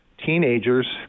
teenagers